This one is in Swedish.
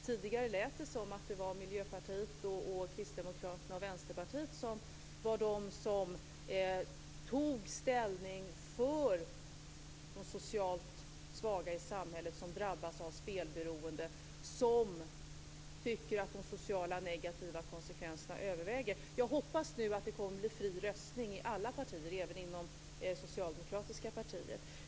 Tidigare lät det som om det var Miljöpartiet, Kristdemokraterna och Vänsterpartiet som var de som tog ställning för de socialt svaga i samhället som drabbats av spelberoende och som tycker att de sociala negativa konsekvenserna överväger. Jag hoppas nu att det kommer att bli fri röstning i alla partier, även inom det socialdemokratiska partiet.